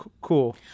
Cool